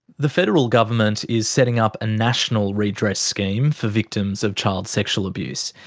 the federal government is setting up a national redress scheme for victims of child sexual abuse.